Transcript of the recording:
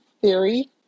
theory